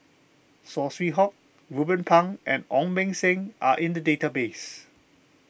Saw Swee Hock Ruben Pang and Ong Beng Seng are in the database